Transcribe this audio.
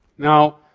now